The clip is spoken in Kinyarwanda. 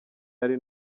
ari